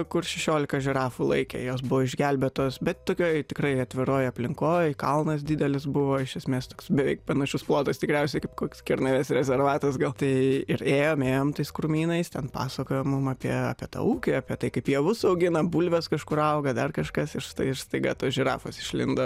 kur šešiolika žirafų laikė jos buvo išgelbėtos bet tokioj tikrai atviroj aplinkoj kalnas didelis buvo iš esmės toks beveik panašus plotas tikriausiai kaip koks kernavės rezervatas gal tai ir ėjome ėjom tais krūmynais ten pasakojo mums apie apie tą ūkį apie tai kaip javus augina bulvės kažkur auga dar kažkas iš tai ir staiga tos žirafos išlindo